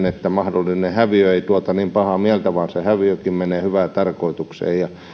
että mahdollinen häviö ei tuota niin pahaa mieltä koska häviökin menee hyvään tarkoitukseen ja se